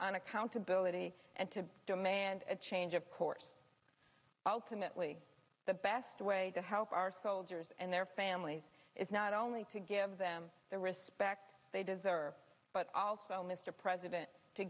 on accountability and to demand a change of course i'll commit lee the best way to help our soldiers and their families is not only to give them the respect they deserve but also mr president to